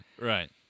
right